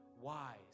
wise